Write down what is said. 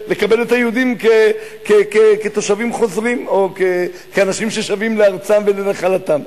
לקבל את היהודים כתושבים חוזרים או כאנשים ששבים לארצם ולנחלתם.